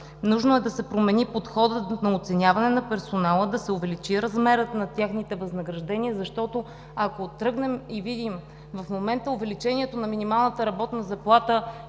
Нужно е да се промени подходът на оценяване на персонала, да се увеличи размерът на техните възнаграждения, защото ако тръгнем и видим – в момента увеличението на минималната работна заплата